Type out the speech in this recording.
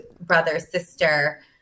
brother-sister